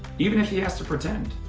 even if he has to pretend.